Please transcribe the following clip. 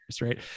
right